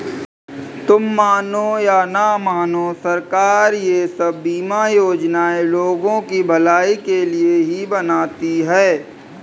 तुम मानो या न मानो, सरकार ये सब बीमा योजनाएं लोगों की भलाई के लिए ही बनाती है